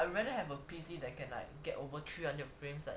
I rather have a P_C that can like get over three hundred frames like